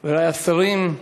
חברי השרים,